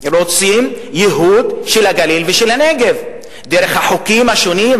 רוצים ייהוד של הגליל ושל הנגב דרך החוקים השונים,